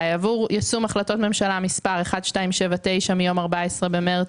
עבור יישום החלטת ממשלה מס' 1279 מיום 14 במרץ